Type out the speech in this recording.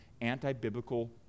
anti-biblical